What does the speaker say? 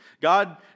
God